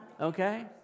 Okay